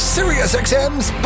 SiriusXM's